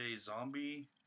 Zombie